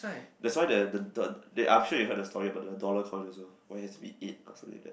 that's why the the the I'm sure you heard of the story about the dollar coin also when it has to be it or something like that